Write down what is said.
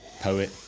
Poet